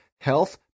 health